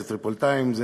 טריפוליטאים,